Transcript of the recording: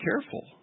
careful